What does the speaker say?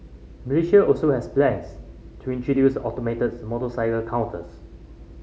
Malaysia also has plans to introduce automates motorcycle counters